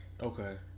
Okay